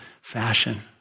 fashion